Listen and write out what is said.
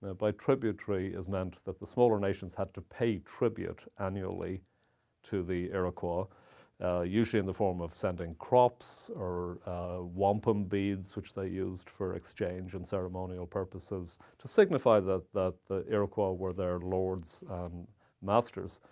ah by tributary, is meant that the smaller nations had to pay tribute annually to the iroquois usually in the form of sending crops or wampum beads, which they used for exchange and ceremonial purposes to signify that that the iroquois were their lords and masters.